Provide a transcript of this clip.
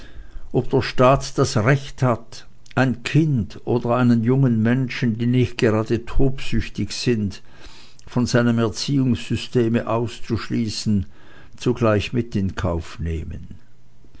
ob der staat das recht hat ein kind oder einen jungen menschen die gerade nicht tobsüchtig sind von seinem erziehungssysteme auszuschließen zugleich mit in den kauf nehmen